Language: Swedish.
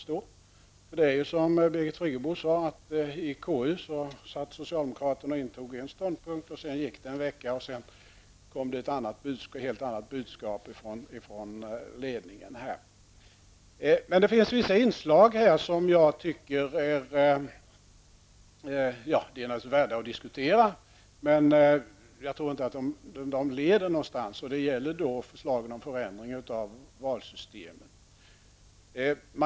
Som Birgit Friggebo sade satt socialdemokraterna i KU och intog en ståndpunkt, och efter en vecka kom det ett helt annat budskap från ledningen. Det finns vissa inslag som naturligtvis är värda att diskutera, men jag tror inte att de leder någonstans. Det gäller förslagen om förändringar i valsystemet.